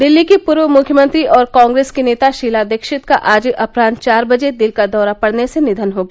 दिल्ली की पूर्व मुख्यमंत्री और कांग्रेस की नेता शीला दीक्षित का आज अपरान्ह चार बजे दिल का दौरा पड़ने से निधन हो गया